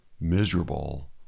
miserable